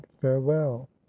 farewell